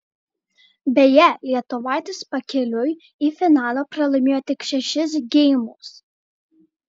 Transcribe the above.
beje lietuvaitės pakeliui į finalą pralaimėjo tik šešis geimus